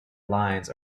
lines